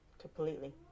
completely